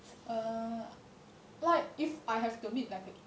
err like if I have to meet like A